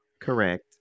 Correct